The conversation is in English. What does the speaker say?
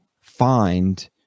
find